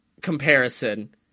comparison